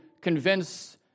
convince